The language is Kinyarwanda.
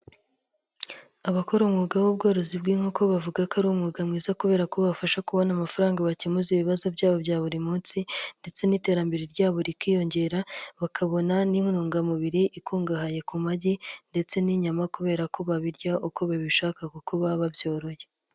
Abakora umwuga w'ubworozi bw'inkoko bavuga ko ari umwuga mwiza kubera ko ubafasha kubona amafaranga bakemuza ibibazo byabo bya buri munsi ndetse n'iterambere ryabo rikiyongera. Bakabona n'intungamubiri ikungahaye ku magi ndetse n'inyama kubera ko babirya uko babishaka kuko baba babyoroye.